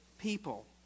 people